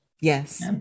Yes